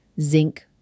zinc